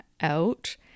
out